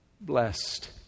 Blessed